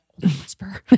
whisper